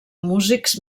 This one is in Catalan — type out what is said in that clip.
músics